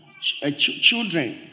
children